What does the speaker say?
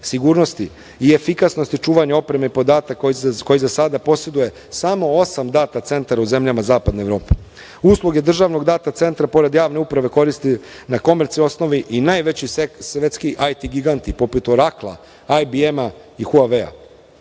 sigurnosti i efikasnosti čuvanja opreme i podataka koji za sada poseduje samo osam data centara u zemljama zapadne Evrope. Usluge Državnog data centra, pored javne uprave, koriste na komercijalnoj osnovi i najveći svetski IT giganti, poput Orakla, Aj-bi-ema i